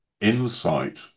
insight